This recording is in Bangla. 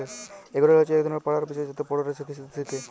এগ্রোলমি হছে ইক ধরলের পড়ার বিষয় যাতে পড়ুয়ারা কিসিতত্ত শিখে